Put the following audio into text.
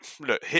look